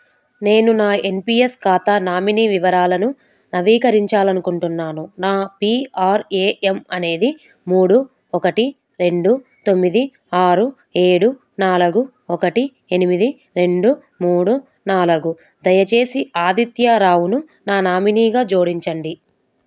నేను నా N P S ఖాతా నామినీ వివరాలను నవీకరించాలి అనుకుంటున్నాను నా పీ ఆర్ ఏ ఎమ్ అనేది మూడు ఒకటి రెండు తొమ్మిది ఆరు ఏడు నాలుగు ఒకటి ఎనిమిది రెండు మూడు నాలుగు దయచేసి ఆదిత్యారావును నా నామినీగా జోడించండి